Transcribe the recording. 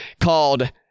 called